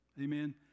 Amen